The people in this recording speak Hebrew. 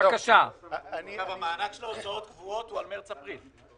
ההוצאות קבועות.